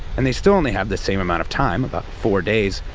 and they still only have the same amount of time, about four days,